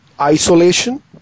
isolation